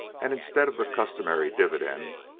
and, instead of the customary dividend,